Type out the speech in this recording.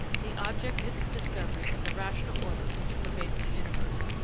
the object is the discovery of the rational order which pervades the universe,